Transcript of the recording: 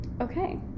Okay